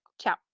Ciao